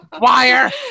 wire